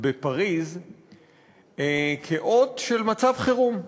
בפריז כאות של מצב חירום,